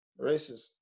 Racist